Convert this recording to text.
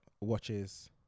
Watches